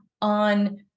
on